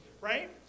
right